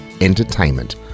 entertainment